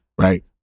right